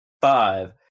five